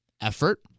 effort